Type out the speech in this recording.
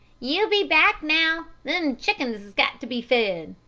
you be back, now them chickens has got to be fed!